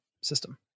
system